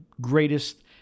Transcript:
greatest